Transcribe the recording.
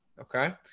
Okay